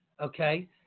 okay